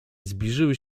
zbliżyły